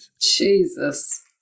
Jesus